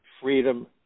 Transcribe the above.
freedom